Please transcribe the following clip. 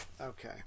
Okay